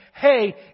Hey